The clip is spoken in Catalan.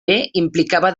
implicava